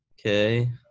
Okay